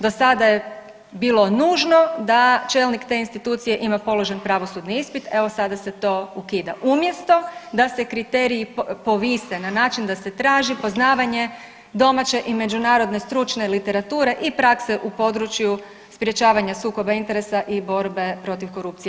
Do sada je bilo nužno da čelnik te institucije ima položen pravosudni ispit, evo, sada se to ukida umjesto da se kriteriji povise na način da se traži poznavanje domaće i međunarodne stručne literature i prakse u području sprječavanja sukoba interesa i borbe protiv korupcije.